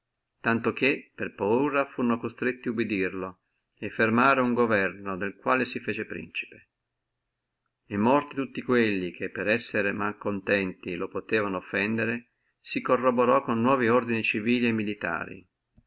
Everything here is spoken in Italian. tanto che per paura furono constretti obbedirlo e fermare uno governo del quale si fece principe e morti tutti quelli che per essere malcontenti lo potevono offendere si corroborò con nuovi ordini civili e militari